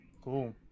cool